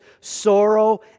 sorrow